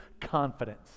confidence